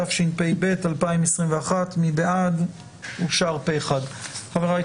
התשפ"ב-2021 והצעת תקנות החברות (כללים